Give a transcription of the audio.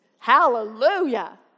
Hallelujah